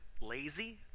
lazy